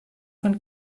von